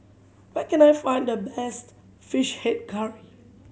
where can I find the best Fish Head Curry